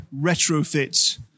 retrofit